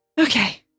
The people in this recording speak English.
Okay